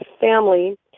family